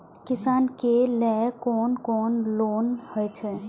किसान के लेल कोन कोन लोन हे छे?